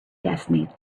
destiny